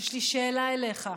יש לי שאלה אליך: